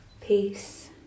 Peace